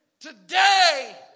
today